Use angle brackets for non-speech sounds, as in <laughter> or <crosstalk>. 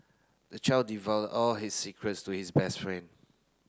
the child <unintelligible> all his secrets to his best friend